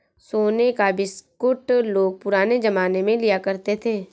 सोने का बिस्कुट लोग पुराने जमाने में लिया करते थे